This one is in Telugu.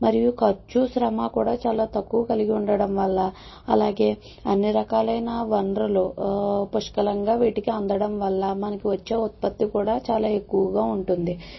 మరియు ఖర్చు శ్రమ కూడా చాలా తక్కువ కలిగి ఉండడం వల్ల అలాగే అన్ని రకాలైన వనరులు పుష్కలంగా వీటికి అందడం వల్ల మనకి వచ్చే ఉత్పత్తి కూడా చాలా ఎక్కువగా ఉంటుంది